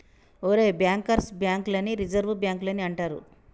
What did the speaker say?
ఒరేయ్ bankers bank లని reserve బాంకులని అంటారు